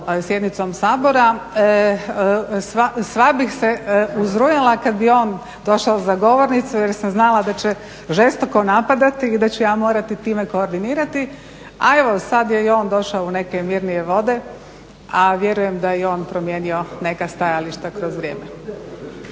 sjednicom Sabora sva bih se uzrujala kada bi on došao za govornicu, jer sam znala da će žestoko napadati i da ću ja morati time koordinirati. A evo sad je i on došao u neke mirnije vode, a vjerujem da je i on promijenio neka stajališta kroz vrijeme.